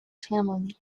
family